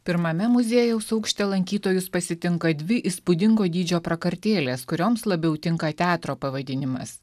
pirmame muziejaus aukšte lankytojus pasitinka dvi įspūdingo dydžio prakartėlės kurioms labiau tinka teatro pavadinimas